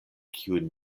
kiujn